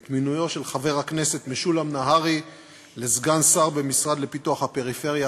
את מינויו של חבר הכנסת משולם נהרי לסגן שר במשרד לפיתוח הפריפריה,